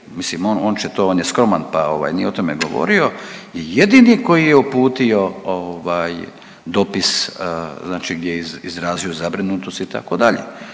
on će to, on je skroman pa ovaj nije o tome govorio, jedini koji je uputio ovaj dopis znači gdje je izrazio zabrinutost, itd.,